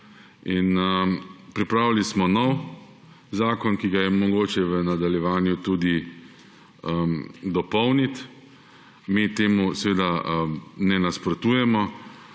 Pripravili smo novi zakon, ki ga je mogoče v nadaljevanju tudi dopolniti. Mi temu seveda ne nasprotujemo